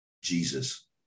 Jesus